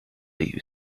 you